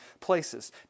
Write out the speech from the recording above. places